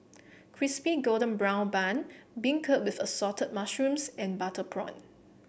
Crispy Golden Brown Bun beancurd with Assorted Mushrooms and Butter Prawn